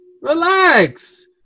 Relax